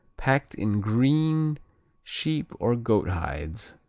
packed in green sheep or goat hides,